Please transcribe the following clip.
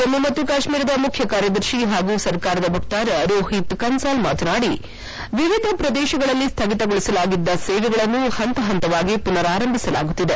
ಜಮ್ನು ಮತ್ತು ಕಾಶ್ನೀರದ ಮುಖ್ಯ ಕಾರ್ಯದರ್ತಿ ಹಾಗೂ ಸರ್ಕಾರದ ವಕ್ತಾರ ರೋಹಿತ್ ಕನ್ಸಾಲ್ ಮಾತನಾಡಿ ವಿವಿಧ ಪ್ರದೇಶಗಳಲ್ಲಿ ಸ್ನಗಿತಗೊಳಿಸಲಾಗಿದ್ದ ಸೇವೆಗಳನ್ನು ಹಂತ ಹಂತವಾಗಿ ಪುನಾರಾರಂಭಿಸಲಾಗುತ್ತಿದೆ